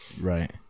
Right